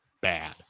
bad